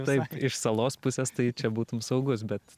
taip iš salos pusės tai čia būtum saugus bet